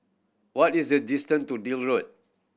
what is the distant to Deal Road